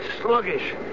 Sluggish